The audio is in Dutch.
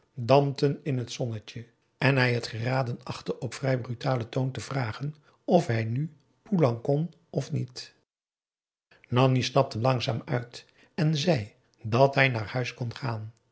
dampten in het zonnetje en hij t geraden achtte op vrij brutalen toon te vragen of hij nu poelang kon of niet nanni stapte langzaam uit en zei dat hij naar huis kon gaan